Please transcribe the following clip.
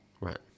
Right